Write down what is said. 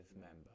member